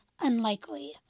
unlikely